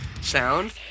sound